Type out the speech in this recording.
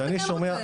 נראה לי שאתה רוצה.